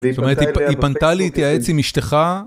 זאת אומרת, היא פנתה להתייעץ עם אשתך.